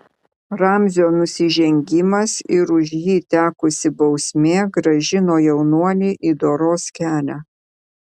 ramzio nusižengimas ir už jį tekusi bausmė grąžino jaunuolį į doros kelią